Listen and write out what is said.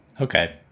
Okay